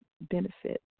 benefit